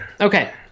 Okay